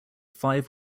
five